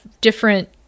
different